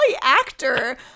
actor